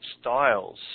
styles